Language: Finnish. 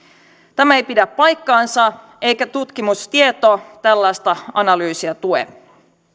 tämä ei pidä paikkaansa eikä tutkimustieto tällaista analyysia tue